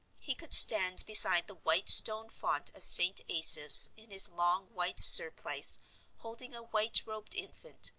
he could stand beside the white stone font of st. asaph's in his long white surplice holding a white-robed infant,